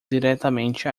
diretamente